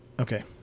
Okay